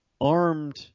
armed